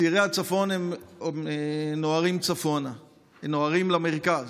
צעירי הצפון, נוהרים למרכז.